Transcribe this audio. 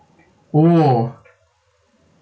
oh